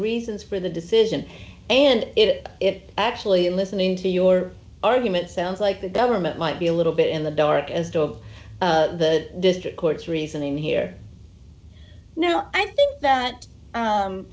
reasons for the decision and it it actually listening to your argument sounds like the government might be a little bit in the dark as to of the district court's reasoning here no i think that